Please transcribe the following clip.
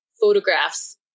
photographs